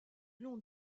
long